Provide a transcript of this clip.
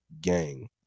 gang